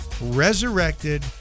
resurrected